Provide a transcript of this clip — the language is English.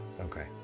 okay